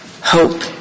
hope